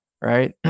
Right